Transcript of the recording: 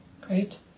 Great